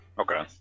Okay